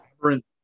Aberrant